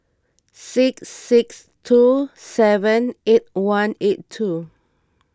six six two seven eight one eight two